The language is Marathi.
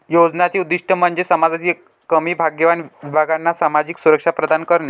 योजनांचे उद्दीष्ट म्हणजे समाजातील कमी भाग्यवान विभागांना सामाजिक सुरक्षा प्रदान करणे